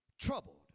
troubled